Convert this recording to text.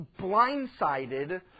blindsided